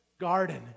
garden